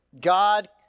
God